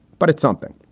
but it's something